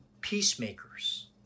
peacemakers